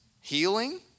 Healing